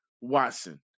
Watson